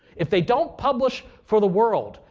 if they don't publish for the world,